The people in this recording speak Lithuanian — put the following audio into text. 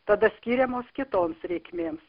tada skiriamos kitoms reikmėms